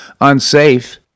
unsafe